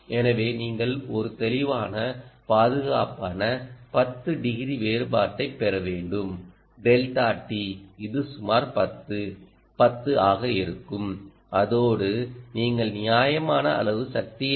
எனவே நீங்கள் ஒரு தெளிவான பாதுகாப்பான 10 டிகிரி வேறுபாட்டைப் பெற வேண்டும் ∆t இது சுமார் 10 10 ஆக இருக்கும் அதோடு நீங்கள் நியாயமான அளவு சக்தியைப்